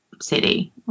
city